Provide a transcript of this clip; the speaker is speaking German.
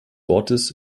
ortes